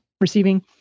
receiving